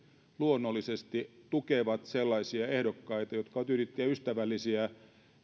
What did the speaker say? luonnollisesti tukevat sellaisia ehdokkaita jotka ovat yrittäjäystävällisiä